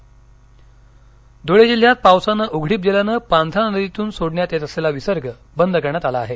पर धळे धूळे जिल्ह्यात पावसानं उघडीप दिल्यानं पांझरा नदीतून सोडण्यात येत असलेला विसर्ग बंद करण्यात आला आहे